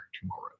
tomorrow